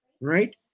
right